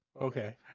Okay